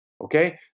Okay